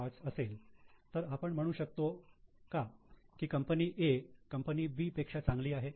5 असेल तर आपण म्हणू शकतो का की कंपनी A कंपनी B पेक्षा चांगली आहे